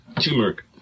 Turmeric